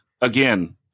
again